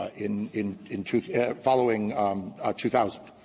ah in in in two following two thousand.